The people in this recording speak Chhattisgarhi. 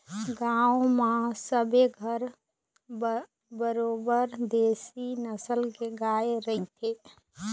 गांव म सबे घर बरोबर देशी नसल के गाय रहिथे